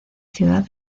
ciudad